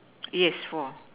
yes four